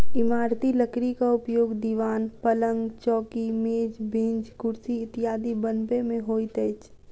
इमारती लकड़ीक उपयोग दिवान, पलंग, चौकी, मेज, बेंच, कुर्सी इत्यादि बनबय मे होइत अछि